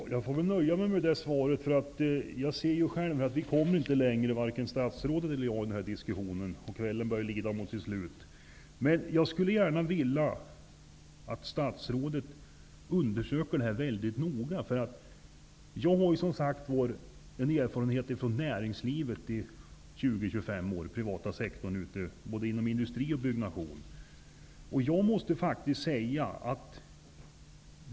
Herr talman! Jag får väl nöja mig med det svaret. Jag märker ju att varken statsrådet eller jag kommer längre i den här diskussionen, och kvällen börjar lida mot sitt slut. Jag skulle ändå gärna vilja att statsrådet undersöker den här frågan väldigt noga. Jag har 20--25 års erfarenhet från näringslivet, den privata sektorn, från både industri och byggnation.